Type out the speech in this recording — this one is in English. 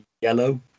yellow